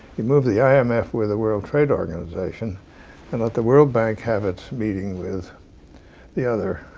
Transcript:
you move the i m f. with the world trade organization and let the world bank have its meeting with the other